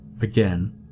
Again